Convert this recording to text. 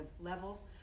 level